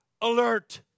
alert